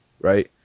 Right